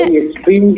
extreme